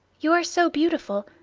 you are so beautiful,